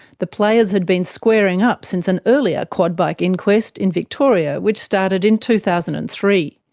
the players had been squaring up since an earlier quad bike inquest in victoria, which started in two thousand and three.